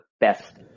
best